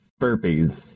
burpees